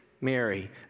Mary